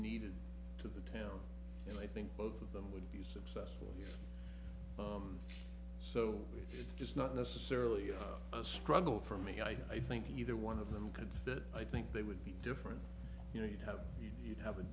needed to the town and i think both of them would be successful so we should just not necessarily a struggle for me i think either one of them could fit i think they would be different you know you'd have you'd have a